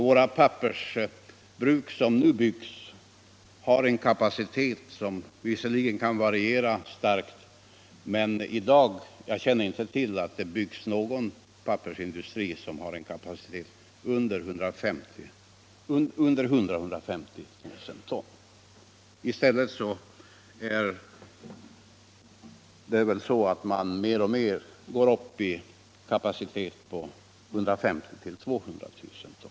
Våra pappersbruk som nu byggs har visserligen en kapacitet som kan variera starkt, men jag känner inte till att det byggs någon pappersindustri som har en kapacitet under 100 000-150 000 ton. Det är väl i stället så att man mer och mer går upp i fråga om kapacitet till 150 000-200 000 ton.